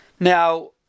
Now